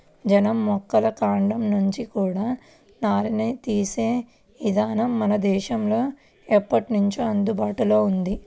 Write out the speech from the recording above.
జనుము మొక్కల కాండం నుంచి కూడా నారని తీసే ఇదానం మన దేశంలో ఎప్పట్నుంచో అందుబాటులో ఉంది